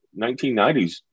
1990s